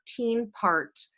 13-part